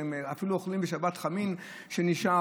והם אפילו אוכלים בשבת חמין שנשאר.